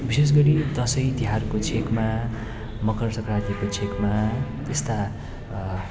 विशेष गरी दसैँ तिहारको छेकमा मकर सङ्क्रान्तिको छेकमा यस्ता